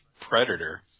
Predator